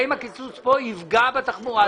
האם הקיצוץ כאן יפגע בתחבורה הציבורית?